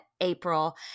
April